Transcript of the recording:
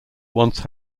once